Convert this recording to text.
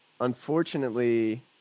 unfortunately